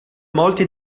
molti